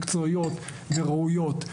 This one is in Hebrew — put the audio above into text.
מקצועיות וראויות.